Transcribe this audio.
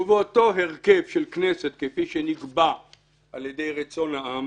ובאותו הרכב של כנסת, כפי שנקבע על ידי רצון העם,